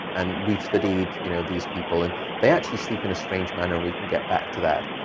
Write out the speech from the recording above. and we've studied, you know, these people. and they actually sleep in a strange manner. we can get back to that.